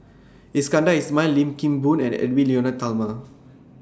Iskandar Ismail Lim Kim Boon and Edwy Lyonet Talma